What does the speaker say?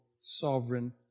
sovereign